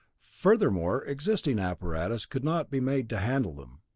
furthermore, existing apparatus could not be made to handle them.